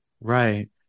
Right